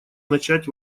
начать